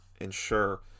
ensure